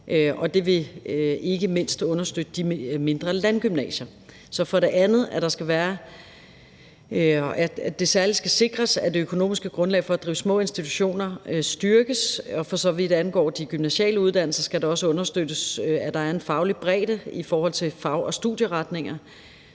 og det vil ikke mindst understøtte de mindre landgymnasier. Så er det for det andet, at det særlig skal sikres, at det økonomiske grundlag for at drive små institutioner styrkes, og for så vidt angår de gymnasiale uddannelser, skal det også understøttes, at der er en faglig bredde i forhold til fag- og studieretninger.